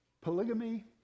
Polygamy